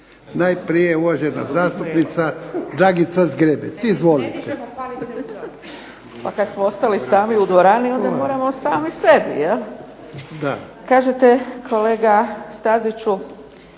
Najprije uvažena zastupnica Dragica Zgrebec. Izvolite. **Zgrebec, Dragica (SDP)** Pa kad smo ostali sami u dvorani, onda moramo sami sebi jel'. Kažete kolega Staziću,